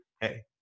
hey